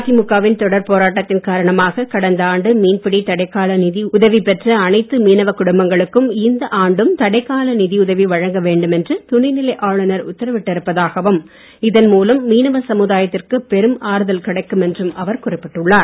அதிமுகவின் தொடர் போராட்டத்தின் காரணமாக கடந்த ஆண்டு மீன் பிடி தடைக்கால நிதி உதவிப் பெற்ற அனைத்து மீனவக் குடும்பங்களுக்கும் இந்த ஆண்டும் தடைக்கால நிதி உதவி வழங்க வேண்டும் என்று துணைநிலை ஆளுநர் உத்தரவிட்டிருப்பதாகவும் இதன் மூலம் மீனவ சமுதாயத்திற்கு பெரும் ஆறுதல் கிடைக்கும் என்றும் அவர் குறிப்பிட்டுள்ளார்